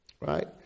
Right